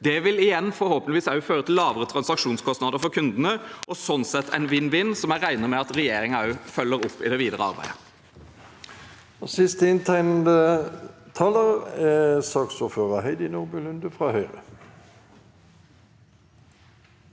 Det vil igjen forhåpentligvis også føre til lavere transaksjonskostnader for kundene og er sånn sett en vinn-vinn-situasjon som jeg regner med at regjeringen følger opp i det videre arbeidet.